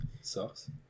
Sucks